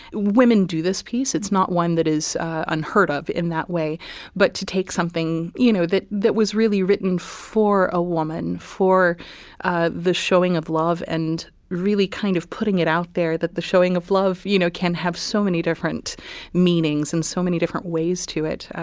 women do this piece it's not one that is unheard of in that way but to take something you know that that was really written for a woman for ah the showing of love and really kind of putting it out there that the showing of love you know can have so many different meanings in so many different ways to it.